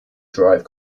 drive